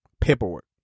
paperwork